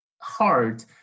hard